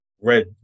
Red